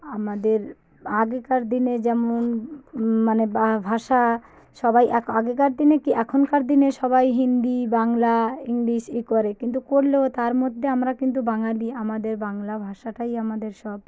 আমাদের আগেকার দিনে যেমন মানে বা ভাষা সবাই আগেকার দিনে কী এখনকার দিনে সবাই হিন্দি বাংলা ইংলিশ ই করে কিন্তু করলেও তার মধ্যে আমরা কিন্তু বাঙালি আমাদের বাংলা ভাষাটাই আমাদের সব